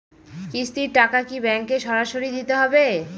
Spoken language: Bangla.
কিস্তির টাকা কি ব্যাঙ্কে সরাসরি দিতে হবে?